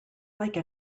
like